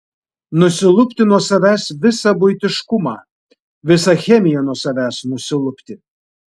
nusilupti nuo savęs visą buitiškumą visą chemiją nuo savęs nusilupti